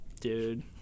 dude